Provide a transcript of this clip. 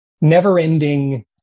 never-ending